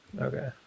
okay